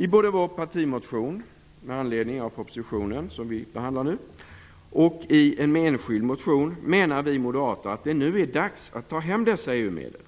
I både vår partimotion med anledning av den proposition som vi nu behandlar och i en enskild motion menar vi moderater att det nu är dags att ta hem dessa EU-medel